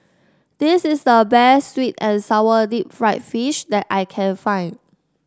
this is the best sweet and sour Deep Fried Fish that I can find